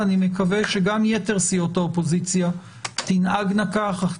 ואני מקווה שגם יתר סיעות האופוזיציה תנהגנה כך.